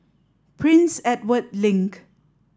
Prince Edward Link